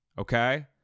okay